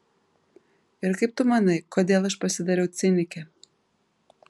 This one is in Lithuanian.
ir kaip tu manai kodėl aš pasidariau cinikė